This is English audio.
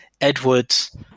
Edwards